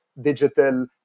digital